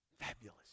Fabulous